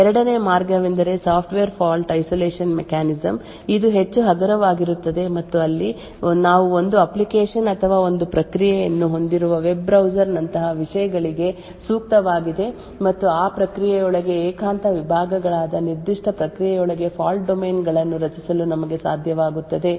ಎರಡನೆಯ ಮಾರ್ಗವೆಂದರೆ software fault isolation mechanism ಇದು ಹೆಚ್ಚು ಹಗುರವಾಗಿರುತ್ತದೆ ಮತ್ತು ಅಲ್ಲಿ ನಾವು ಒಂದು ಅಪ್ಲಿಕೇಶನ್ ಅಥವಾ ಒಂದು ಪ್ರಕ್ರಿಯೆಯನ್ನು ಹೊಂದಿರುವ ವೆಬ್ ಬ್ರೌಸರ್ನಂತಹ ವಿಷಯಗಳಿಗೆ ಸೂಕ್ತವಾಗಿದೆ ಮತ್ತು ಆ ಪ್ರಕ್ರಿಯೆಯೊಳಗೆ ಏಕಾಂತ ವಿಭಾಗಗಳಾದ ನಿರ್ದಿಷ್ಟ ಪ್ರಕ್ರಿಯೆಯೊಳಗೆ ಫಾಲ್ಟ್ ಡೊಮೇನ್ ಗಳನ್ನು ರಚಿಸಲು ನಮಗೆ ಸಾಧ್ಯವಾಗುತ್ತದೆ